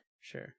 Sure